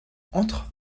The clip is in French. entre